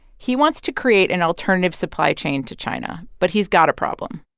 he wants to create an alternative supply chain to china, but he's got a problem.